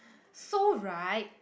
so right